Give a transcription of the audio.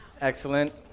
excellent